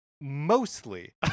mostly